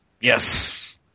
Yes